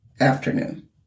afternoon